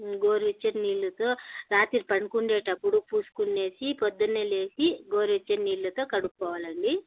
గోరువెచ్చని నీళ్ళతో రాత్రి పనుకునేటప్పుడు పూసుకొని ప్రొద్దున లేచి గోరువెచ్చని నీళ్ళతో కడుక్కోవాలి అండి